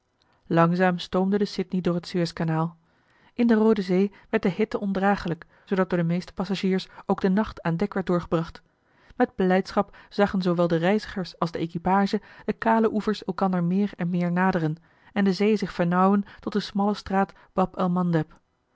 langzaam stoomde de sydney door het suez-kanaal in de roode zee werd de hitte ondragelijk zoodat door de meeste passagiers ook de nacht aan dek werd doorgebracht met blijdschap zagen zoowel de reizigers als de equipage de kale oevers elkander meer en meer naderen en de zee zich vernauwen tot de smalle straat